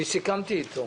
אני סיכמתי איתו.